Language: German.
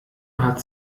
hat